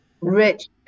rich